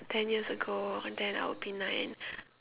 ten years ago then I will be nine